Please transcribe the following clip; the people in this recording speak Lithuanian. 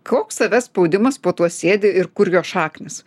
koks savęs spaudimas po tuo sėdi ir kur jo šaknys